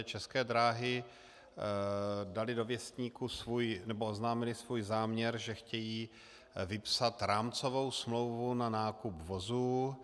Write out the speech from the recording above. České dráhy daly do věstníku, nebo oznámily svůj záměr, že chtějí vypsat rámcovou smlouvu na nákup vozů.